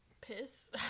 Piss